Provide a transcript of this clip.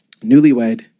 newlywed